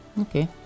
Okay